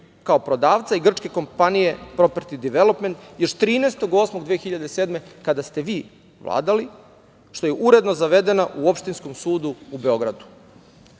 kao prodavca i grčke kompanije „Properti development“ još 13. 08. 2007. kada ste vi vladali, što je uredno zavedeno u opštinskom sudu u Beogradu. Molim